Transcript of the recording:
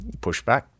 pushback